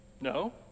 No